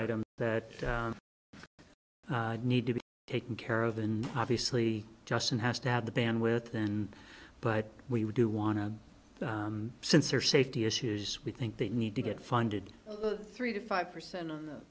items that need to be taken care of and obviously justin has to have the bandwidth then but we do want to censor safety issues we think they need to get funded three to five percent on